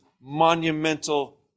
monumental